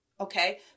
Okay